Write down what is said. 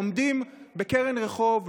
עומדים בקרן רחוב,